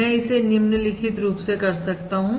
मैं इसे निम्नलिखित रुप से कर सकता हूं